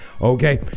okay